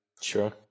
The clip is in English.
Sure